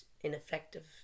ineffective